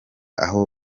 aho